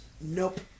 Nope